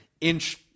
inch